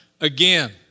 again